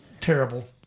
terrible